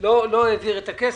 הוא לא העביר את הכסף.